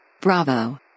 Bravo